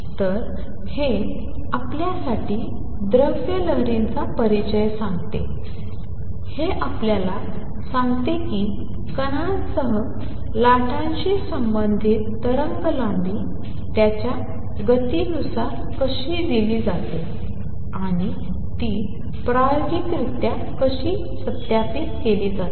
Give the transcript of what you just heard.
तर हे आपल्यासाठी द्रव्य लहरींचा परिचय सांगते हे आपल्याला सांगते की कणांसह लाटाशी संबंधित तरंगलांबी त्याच्या गतीनुसार कशी दिली जाते आणि ती प्रायोगिकरित्या कशी सत्यापित केली जाते